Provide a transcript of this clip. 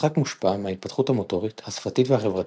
המשחק מושפע מההתפתחות המוטורית, השפתית והחברתית,